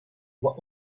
what